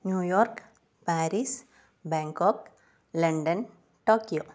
New York Paris Bangkok London Tokyo